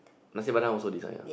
Nasi-Padang also this sign ah